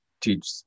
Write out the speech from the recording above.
teach